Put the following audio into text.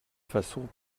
façon